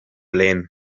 lehen